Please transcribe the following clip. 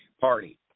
party